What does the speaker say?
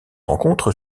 rencontre